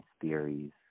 theories